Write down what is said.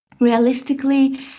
Realistically